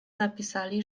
napisali